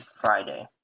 Friday